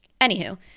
Anywho